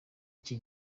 iki